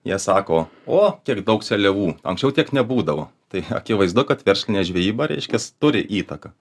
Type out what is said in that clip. jie sako o kiek daug seliavų anksčiau tiek nebūdavo tai akivaizdu kad verslinė žvejyba reiškias turi įtaką